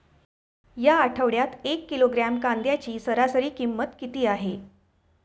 या आठवड्यात एक किलोग्रॅम कांद्याची सरासरी किंमत किती आहे?